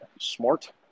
smart